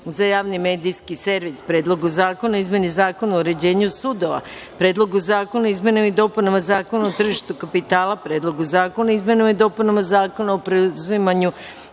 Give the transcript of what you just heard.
za javni medijski servis, Predlogu zakona o izmeni Zakona o uređenju sudova, Predlogu zakona o izmenama i dopunama Zakona o tržištu kapitala, Predlogu zakona o izmenama i dopunama Zakona o preuzimanju